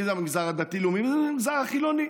אם זה במגזר הדתי-לאומי ואם זה במגזר החילוני.